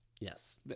Yes